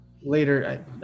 later